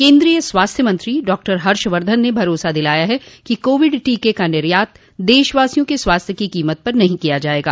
केन्द्रीय स्वास्थ्य मंत्री डॉक्टर हर्षवर्धन ने भरोसा दिलाया है कि कोविड टीके का निर्यात देशवासियों के स्वस्थ्य की कीमत पर नहीं किया जाएगा